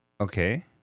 Okay